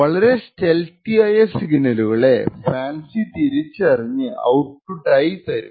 വളരെ സ്റ്റേൽത്തി ആയ സിഗ്നലുകളെ ഫാൻസി തിരിച്ചറിഞ് ഔട്ട്പുട്ട് ആയി തരും